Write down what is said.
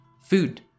food